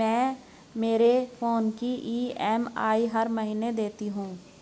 मैं मेरे फोन की ई.एम.आई हर महीने देती हूँ